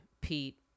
Pete